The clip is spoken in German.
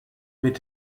mit